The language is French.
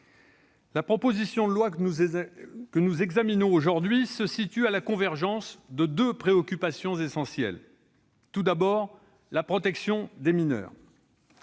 la proposition de loi que nous examinons aujourd'hui se situe à la convergence de deux préoccupations essentielles. La première d'entre elles est la protection des mineurs.